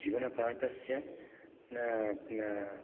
जीवनाठस्य न न